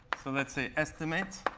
so let's say estimate